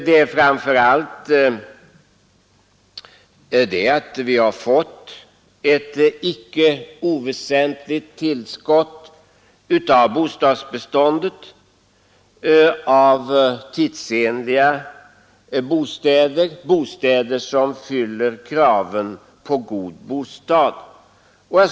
Det är framför allt att bostadsbeståndet har fått ett icke oväsentligt tillskott av tidsenliga bostäder som uppfyller kraven på god bostad.